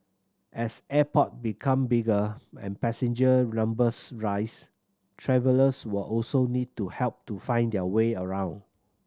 as airport become bigger and passenger numbers rise travellers will also need help to find their way around